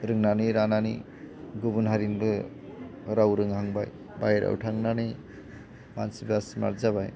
रोंनानै रानानै गुबुन हारिनिबो राव रोंहांबाय बाहेरायाव थांनानै मानसिफ्रा स्मार्ट जाबाय